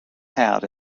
hat